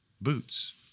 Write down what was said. boots